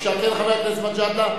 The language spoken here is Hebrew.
כן, חבר הכנסת מג'אדלה.